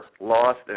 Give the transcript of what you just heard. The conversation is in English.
lost